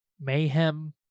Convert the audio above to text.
mayhem